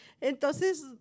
entonces